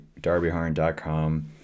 Darbyharn.com